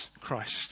Christ